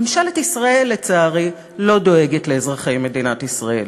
ממשלת ישראל, לצערי, לא דואגת לאזרחי מדינת ישראל.